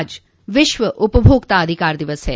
आज विश्व उपभोक्ता अधिकार दिवस है